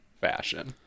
fashion